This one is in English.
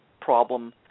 problem